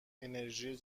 انرژی